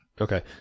Okay